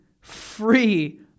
free